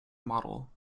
model